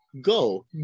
go